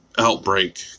outbreak